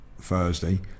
Thursday